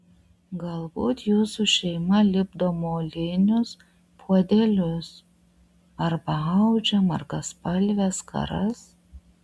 galbūt jūsų šeima lipdo molinius puodelius arba audžia margaspalves skaras